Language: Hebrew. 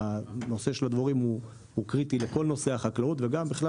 שהנושא של הדבורים הוא קריטי לכל נושא החקלאות וגם בכלל